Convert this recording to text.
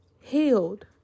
healed